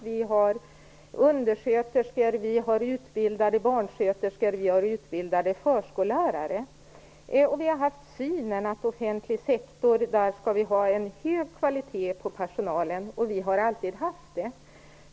Vi har utbildade undersköterskor, vi har utbildade barnsköterskor, vi har utbildade förskollärare. Vi har haft synen att vi skall ha en hög kvalitet på personalen i den offentliga sektorn, och vi har alltid haft det.